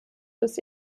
des